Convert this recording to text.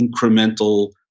incremental